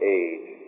age